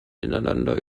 ineinander